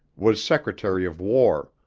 was secretary of war.